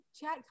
chat